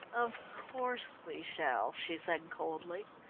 of course we shall, she said coldly.